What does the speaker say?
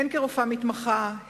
הן כרופאה מתמחה,